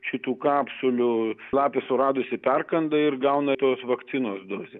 šitų kapsulių lapė suradusi perkanda ir gauna tos vakcinos dozę